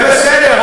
זה בסדר,